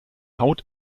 haut